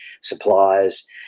suppliers